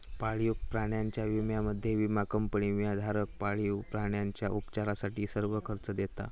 पाळीव प्राण्यांच्या विम्यामध्ये, विमा कंपनी विमाधारक पाळीव प्राण्यांच्या उपचारासाठी सर्व खर्च देता